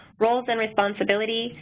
roles and responsibilities,